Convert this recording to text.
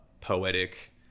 poetic